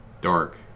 dark